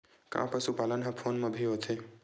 का पशुपालन ह फोन म भी होथे?